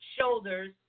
shoulders